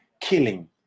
killing